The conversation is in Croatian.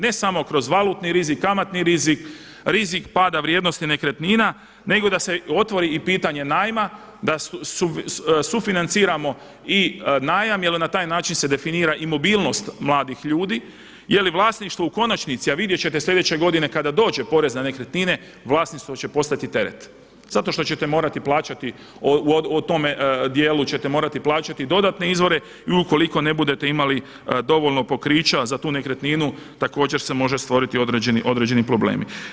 Ne samo kroz valutni rizik, kamatni rizik, rizik pada vrijednosti nekretnina nego da se otvori i pitanje najma, da sufinanciramo i najam jer na taj način se definira i mobilnost mladih ljudi jeli vlasništvo u konačnici, a vidjet ćete sljedeće godine kada dođe porez na nekretnine vlasništvo će postati teret, zato što ćete morati plaćati u tome dijelu dodatne izvore i ukoliko ne budete imali dovoljno pokrića za tu nekretninu također se može stvoriti određeni problemi.